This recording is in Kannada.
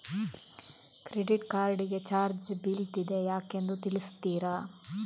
ಕ್ರೆಡಿಟ್ ಕಾರ್ಡ್ ಗೆ ಚಾರ್ಜ್ ಬೀಳ್ತಿದೆ ಯಾಕೆಂದು ತಿಳಿಸುತ್ತೀರಾ?